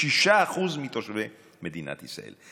6% מתושבי מדינת ישראל.